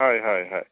হয় হয় হয়